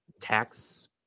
tax